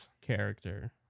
character